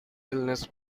illness